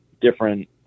different